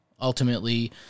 ultimately